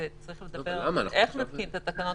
וצריך לדבר איך נתקין את התקנות.